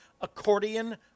Accordion